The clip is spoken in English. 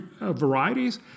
varieties